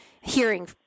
hearing